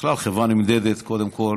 בכלל, חברה נמדדת קודם כול